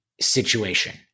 situation